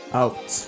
out